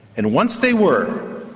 and once they were,